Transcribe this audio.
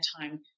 time